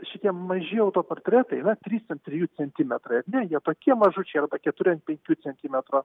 šitie maži autoportretai yra trys ant trijų centimetrai ar ne jie tokie mažučiai arba keturi ant penkių centimetro